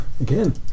Again